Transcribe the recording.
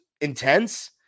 intense